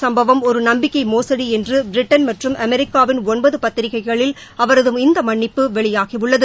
சம்பவம் ஒரு நம்பிக்கை மோசடி என்று பிரிட்டன் மற்றும் அமெரிக்காவின் ஒன்பது இந்த பத்திரிகைகளில் அவரது இந்த மன்னிப்பு வெளியாகியுள்ளது